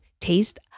taste